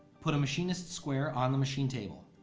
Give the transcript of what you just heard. put a machinist square on the machine table.